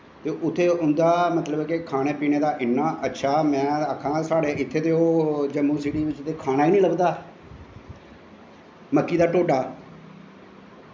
ते उत्थें उंदा खानें पीनें दा इन्ना अच्छा में आक्खा ना इत्तें साढ़े जम्मू सीटी च ते ओह् खाना गै नी लब्भदा मक्की दा ढोडा